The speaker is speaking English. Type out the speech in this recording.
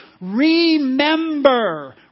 remember